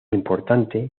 importante